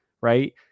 right